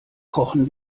kochen